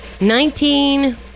nineteen